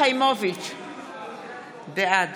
בעד